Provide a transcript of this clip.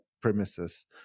premises